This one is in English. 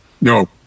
No